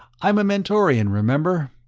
i'm a mentorian, remember?